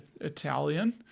Italian